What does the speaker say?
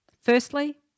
Firstly